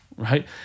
right